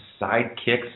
Sidekicks